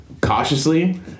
cautiously